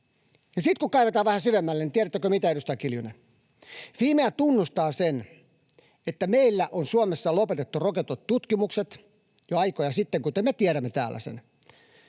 sitten, kun kaivetaan vähän syvemmälle — tiedättekö mitä, edustaja Kiljunen? [Kimmo Kiljunen: No?] — Fimea tunnustaa sen, että meillä on Suomessa lopetettu rokotetutkimukset jo aikoja sitten, kuten me tiedämme täällä sen.